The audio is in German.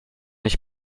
ich